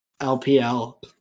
LPL